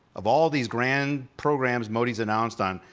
of all these grand programs modi's announced on,